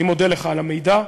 אני מודה לך על המידע.